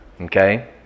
Okay